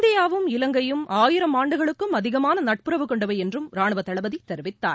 இந்தியாவும் இலங்கையும் ஆயிரம் ஆண்டுகளுக்கும் அதிகமமானநட்புறவு கொண்டவைஎன்றும் ராணுவதளபதிதெரிவித்தார்